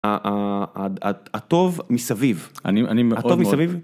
הטוב מסביב. אני מאוד מאוד.